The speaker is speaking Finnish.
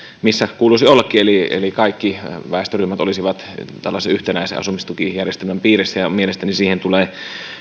missä sen kuuluisi ollakin eli eli kaikki väestöryhmät olisivat tällaisen yhtenäisen asumistukijärjestelmän piirissä mielestäni siihen tulee